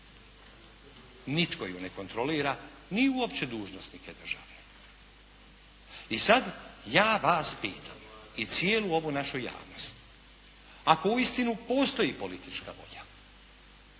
Nitko ju ne kontrolira ni uopće dužnosnike državne. I sad ja vas pitam i cijelu ovu našu javnost. Ako uistinu postoji politička volja